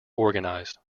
organized